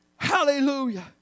Hallelujah